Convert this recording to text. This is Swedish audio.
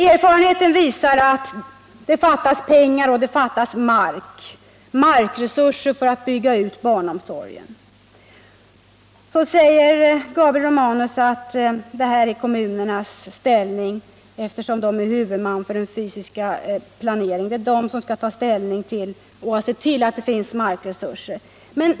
Erfarenheten visar att det fattas pengar och markresurser för att bygga ut barnomsorgen. Men Gabriel Romanus säger att det är kommunernas problem, eftersom kommunen är huvudman för den fysiska planeringen och därför skall se till, att det finns markresurser.